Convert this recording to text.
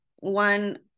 one